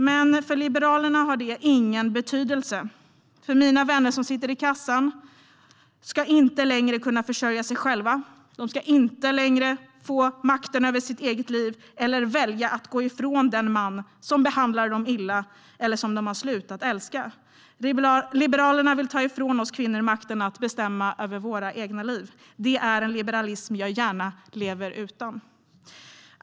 Men för Liberalerna har det ingen betydelse. Mina vänner som sitter i kassan ska inte längre kunna försörja sig själva, ha makten över sina egna liv eller välja att gå ifrån den man som behandlar dem illa eller som de har slutat älska. Liberalerna vill ta ifrån oss kvinnor makten att bestämma över våra egna liv. Det är en liberalism jag gärna lever utan.